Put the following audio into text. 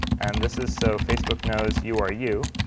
and this is so facebook knows you are you.